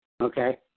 Okay